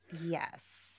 Yes